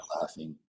laughing